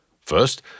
First